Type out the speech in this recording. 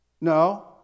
No